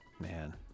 man